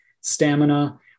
stamina